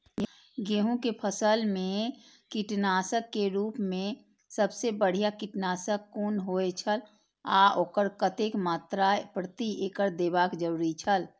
गेहूं के फसल मेय कीटनाशक के रुप मेय सबसे बढ़िया कीटनाशक कुन होए छल आ ओकर कतेक मात्रा प्रति एकड़ देबाक जरुरी छल?